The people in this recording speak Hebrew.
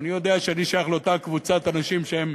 אני יודע שאני שייך לאותה קבוצת אנשים שהם